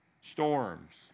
storms